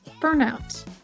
burnout